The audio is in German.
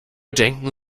denken